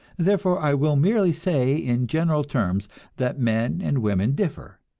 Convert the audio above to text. therefore i will merely say in general terms that men and women differ,